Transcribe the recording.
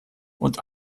und